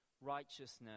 righteousness